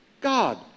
God